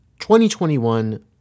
2021